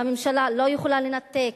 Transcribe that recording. והממשלה לא יכולה לנתק,